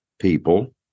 people